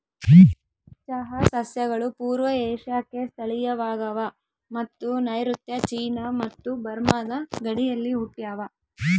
ಚಹಾ ಸಸ್ಯಗಳು ಪೂರ್ವ ಏಷ್ಯಾಕ್ಕೆ ಸ್ಥಳೀಯವಾಗವ ಮತ್ತು ನೈಋತ್ಯ ಚೀನಾ ಮತ್ತು ಬರ್ಮಾದ ಗಡಿಯಲ್ಲಿ ಹುಟ್ಟ್ಯಾವ